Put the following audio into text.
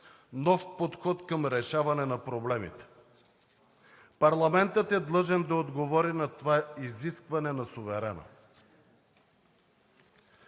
нов подход към решаване на проблемите. Парламентът е длъжен да отговори на това изискване на суверена!